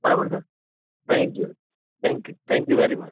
બરાબર sir thank you thank you thank you very much